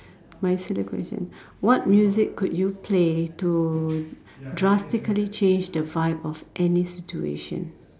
my silly question what music could you play to drastically change the vibe of any situation